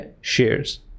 shares